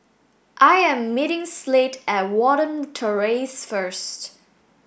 I am meeting Slade at Watten Terrace first